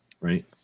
right